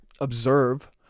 Observe